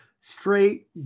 straight